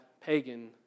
pagan